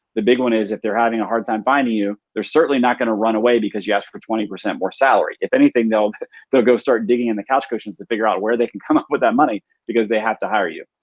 the big one is if they're having a hard time finding you. they're certainly not gonna run away because you asked for twenty percent more salary. if anything they'll they'll go start digging in the couch cushions to figure out where they can come up with that money because they have to hire you.